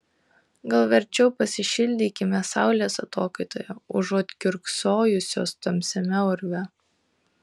gal verčiau pasišildykime saulės atokaitoje užuot kiurksojusios tamsiame urve